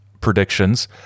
predictions